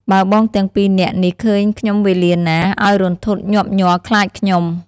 បើបងទាំងពីរនាក់នេះឃើញខ្ញុំវេលាណា ឱ្យរន្ធត់ញាប់ញ័រខ្លាចខ្ញុំ"។